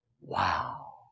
Wow